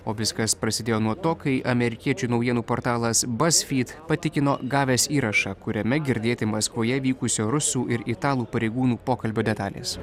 o viskas prasidėjo nuo to kai amerikiečių naujienų portalas bazfyd patikino gavęs įrašą kuriame girdėti maskvoje vykusio rusų ir italų pareigūnų pokalbio detalės